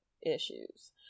issues